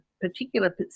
particular